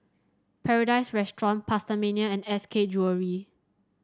Paradise Restaurant PastaMania and S K Jewellery